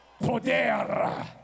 Poder